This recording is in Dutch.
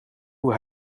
hoe